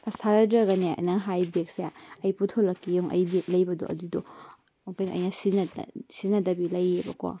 ꯑꯁ ꯊꯥꯖꯗ꯭ꯔꯒꯅꯦ ꯑꯩꯅ ꯍꯥꯏꯔꯤ ꯕꯦꯒꯁꯦ ꯑꯩ ꯄꯨꯊꯣꯛꯂꯛꯀꯦ ꯌꯦꯡꯎ ꯑꯩ ꯕꯦꯒ ꯂꯩꯕꯗꯣ ꯑꯗꯨꯗꯣ ꯀꯩꯅꯣ ꯑꯩꯅ ꯁꯤꯖꯤꯟꯅꯗ ꯁꯤꯖꯤꯟꯅꯗꯕꯤ ꯂꯩꯑꯦꯕꯀꯣ